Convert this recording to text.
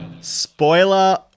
Spoiler